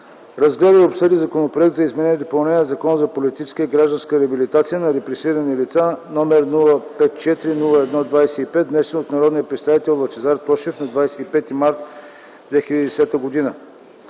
разгледа и обсъди Законопроект за изменение и допълнение на Закона за политическа и гражданска реабилитация на репресирани лица № 054-01-25, внесен от народния представител Лъчезар Тошев на 25 март 2010 г.